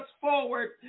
forward